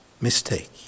mistake